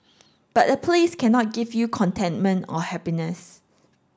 but a place cannot give you contentment or happiness